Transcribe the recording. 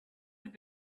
have